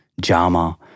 JAMA